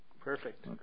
Perfect